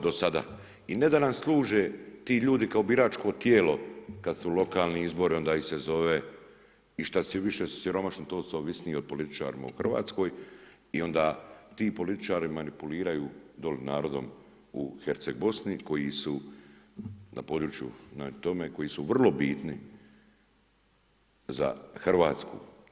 do sada i ne da nam službe ti ljudi kao biračko tijelo kad su lokalni izbori onda ih se zove i što su više siromašni to su ovisniji o političarima u Hrvatskoj i onda ti političari manipuliraju doli narodom u Herceg-bosni, koji su na području, koji su vrlo bitni za Hrvatsku.